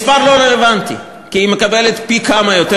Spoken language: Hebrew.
מספר לא רלוונטי, כי היא מקבלת פי כמה יותר.